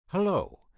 Hello